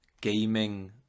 gaming